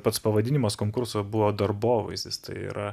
pats pavadinimas konkurso buvo darbovaizdis tai yra